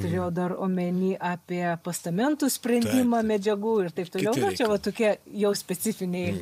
turėjau dar omeny apie postamentų sprendimą medžiagų ir taip toliau va čia va tokie jau specifiniai